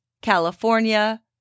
California